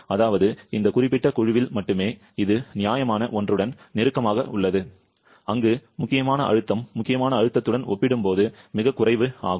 அதாவது இந்த குறிப்பிட்ட குழுவில் மட்டுமே இது நியாயமான 1 உடன் நெருக்கமாக உள்ளது அங்கு முக்கியமான அழுத்தம் முக்கியமான அழுத்தத்துடன் ஒப்பிடும்போது மிகக் குறைவு ஆகும்